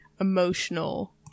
emotional